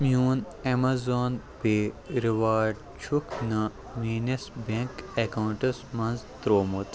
میٛون Amazon Pay reward چھُکھ نہٕ میٛٲنِس بینٛک اکاونٛٹَس منٛز ترٛوومُت